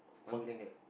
one would length